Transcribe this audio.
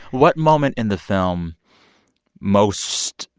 what moment in the film most,